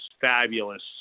fabulous